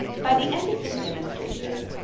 by the end of this demonstration,